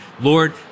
Lord